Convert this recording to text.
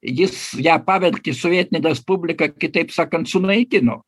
jis ją pavertė sovietinė respublika kitaip sakant sunaikino